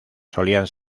solían